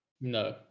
No